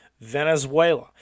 Venezuela